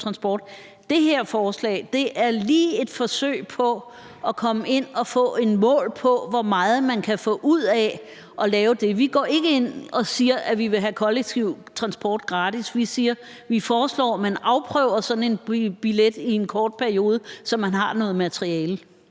Det her forslag er lige et forsøg på at komme ind og få et mål på, hvor meget man kan få ud af at lave det. Vi går ikke ind og siger, at vi vil have kollektiv transport gratis; vi foreslår, at man afprøver sådan en billet i en kort periode, så man har noget materiale.